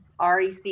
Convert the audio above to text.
REC